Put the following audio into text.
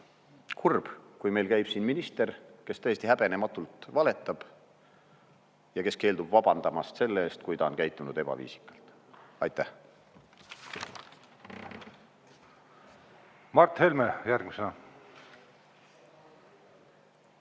Kurb, kui meil käib siin minister, kes täiesti häbenematult valetab ja kes keeldub vabandamast selle eest, kui ta on käitunud ebaviisakalt. Aitäh! Mart Helme järgmisena.